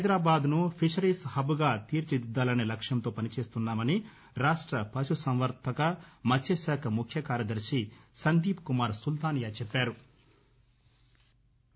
హైదరాబాద్ను ఫిషరీస్ హబ్గా తీర్చిదిద్దాలనే లక్ష్యంతో పనిచేస్తున్నామని రాష్ట్ర పశుసంవర్దక మత్స్యశాఖ ముఖ్య కార్యదర్శి సందీప్కుమార్ సుల్తానియా చెప్పారు